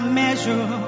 measure